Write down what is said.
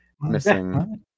missing